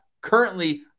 currently